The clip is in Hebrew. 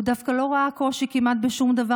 הוא דווקא לא ראה קושי כמעט בשום דבר.